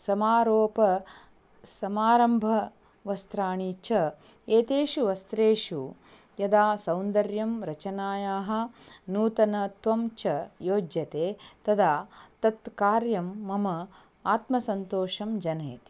समारोपं समारम्भवस्त्राणि च एतेषु वस्त्रेषु यदा सौन्दर्यं रचनायाः नूतनत्वं च योज्यते तदा तत् कार्यं मम आत्मसन्तोषं जनयति